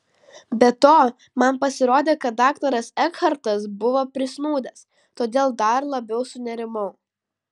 be to man pasirodė kad daktaras ekhartas buvo prisnūdęs todėl dar labiau sunerimau